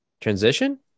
transition